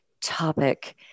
topic